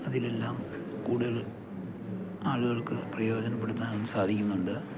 അതിലെല്ലാം കൂടുതൽ ആളുകൾക്ക് പ്രയോജനപ്പെടുത്താനും സാധിക്കുന്നുണ്ട്